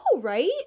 right